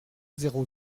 zéro